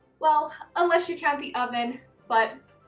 well unless you count the oven but,